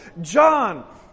John